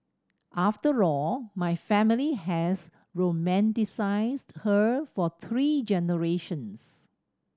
after all my family has romanticised her for three generations